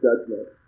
judgment